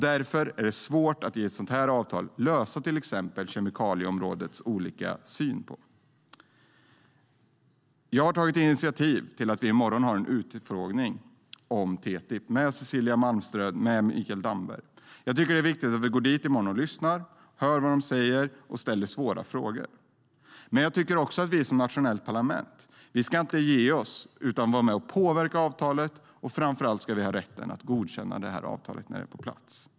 Därför är det svårt att i ett sådant avtal lösa till exempel frågor om olika syn på kemikalieområdet. Men jag tycker också att vi som nationellt parlament inte ska ge oss utan vara med och påverka avtalet. Framför allt ska vi ha rätten att godkänna detta avtal när det är på plats.